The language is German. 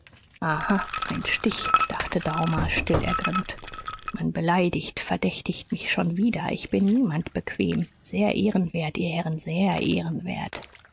ein stich dachte daumer stillergrimmt man beleidigt verdächtigt mich schon wieder ich bin niemand bequem sehr ehrenwert ihr herren sehr ehrenwert